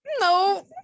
No